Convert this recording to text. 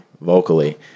vocally